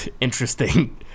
interesting